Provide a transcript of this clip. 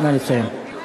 נא לסיים.